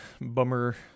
bummer